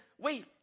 wait